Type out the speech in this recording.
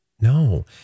No